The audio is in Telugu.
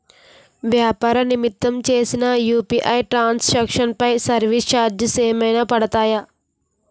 వ్యాపార నిమిత్తం చేసిన యు.పి.ఐ ట్రాన్ సాంక్షన్ పై సర్వీస్ చార్జెస్ ఏమైనా పడతాయా?